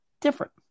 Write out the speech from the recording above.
different